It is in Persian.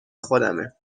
خودمه